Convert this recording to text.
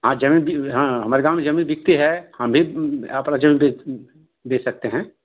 हाँ जमीन भी हाँ हमारे गाँव में जमीन बिकती है हम भी अपना जमीन बेच बेच सकते हैं